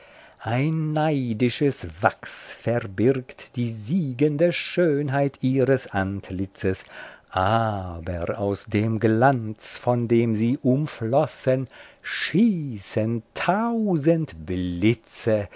ein neidisches wachs verbirgt die siegende schönheit ihres antlitzes aber aus dem glanz von dem sie umflossen schießen tausend blitze